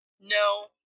No